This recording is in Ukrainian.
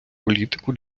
політику